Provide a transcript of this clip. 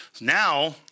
Now